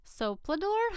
Soplador